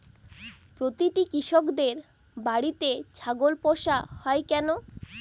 প্রতিটি কৃষকদের বাড়িতে ছাগল পোষা হয় কেন?